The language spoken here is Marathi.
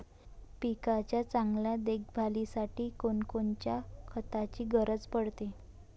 पिकाच्या चांगल्या देखभालीसाठी कोनकोनच्या खताची गरज पडते?